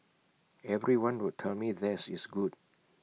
everyone would tell me theirs is good